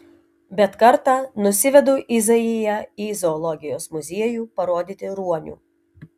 bet kartą nusivedu izaiją į zoologijos muziejų parodyti ruonių